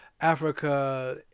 Africa